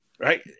Right